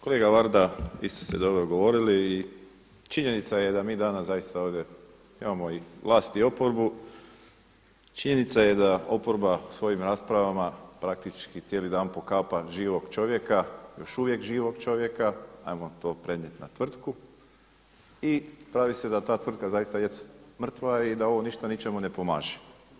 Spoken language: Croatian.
Kolega Varda, isto ste dobro odgovorili i činjenica je da mi danas zaista ovdje imamo i vlast i oporbu, činjenica je da oporba svojim raspravama praktički cijeli dan pokapa živog čovjeka, još uvijek živog čovjeka, ajmo to prenijet na tvrtku, i pravi se da ta tvrtka zaista jest mrtva i da ovo ništa ničemu ne pomaže.